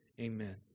Amen